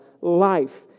life